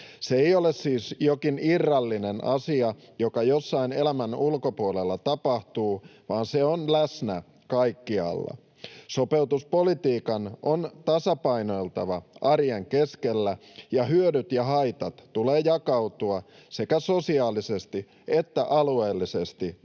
Se ei ole siis jokin irrallinen asia, joka jossain elämän ulkopuolella tapahtuu, vaan se on läsnä kaikkialla. Sopeutuspolitiikan on tasapainoiltava arjen keskellä, ja hyötyjen ja haittojen tulee jakautua sekä sosiaalisesti että alueellisesti oikeudenmukaisesti.